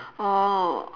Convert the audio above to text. oh